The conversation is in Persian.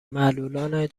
معلولان